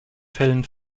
fällen